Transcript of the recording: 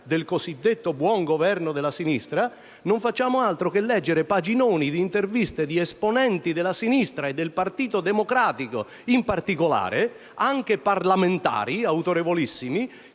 alla Toscana e all'Emilia Romagna, non facciamo altro che leggere paginoni di interviste ad esponenti della sinistra e del Partito Democratico, e in particolare anche a parlamentari autorevolissimi,